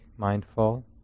mindful